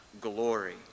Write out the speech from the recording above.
glory